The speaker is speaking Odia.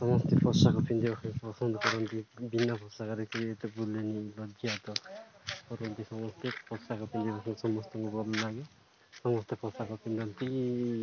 ସମସ୍ତେ ପୋଷାକ ପିନ୍ଧିବାକୁ ପସନ୍ଦ କରନ୍ତି ବିନା ପୋଷାକରେ କେହି ଏତେ ବୁଲେନି ବଜାତ କରନ୍ତି ସମସ୍ତେ ପୋଷାକ ପିନ୍ଧିବା ପାଇଁ ସମସ୍ତଙ୍କୁ ଭଲ ଲାଗେ ସମସ୍ତେ ପୋଷାକ ପିନ୍ଧନ୍ତି